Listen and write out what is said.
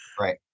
Right